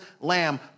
lamb